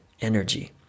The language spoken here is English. Energy